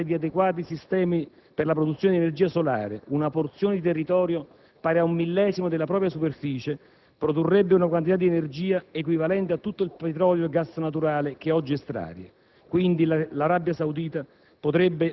che maggiormente abbonda di petrolio, dotasse di adeguati sistemi per la produzione di energia solare una porzione di territorio pari ad un millesimo della propria superficie, produrrebbe una quantità di energia equivalente a tutto il petrolio e il gas naturale che oggi estrae.